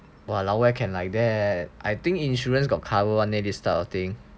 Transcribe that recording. !walao! where can like that I think insurance got cover leh this type of thing